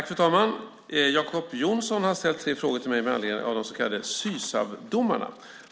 Fru talman! Jacob Johnson har ställt tre frågor till mig med anledning av de så kallade Sysavdomarna.